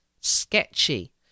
sketchy